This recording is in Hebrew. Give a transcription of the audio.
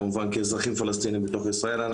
כמובן, כאזרחים פלסטיניים בתוך מדינת ישראל.